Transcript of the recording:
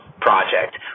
project